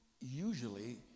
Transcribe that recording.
usually